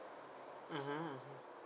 mmhmm mmhmm